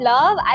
Love